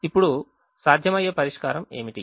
ఇప్పుడు సాధ్యమయ్యే పరిష్కారం ఏమిటి